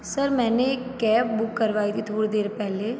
sir मैंने एक cab book करवाई थी थोड़ी देर पहले